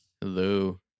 Hello